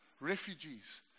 refugees